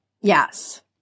Yes